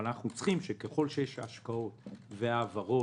אבל ככל שיש השקעות והעברות